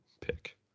pick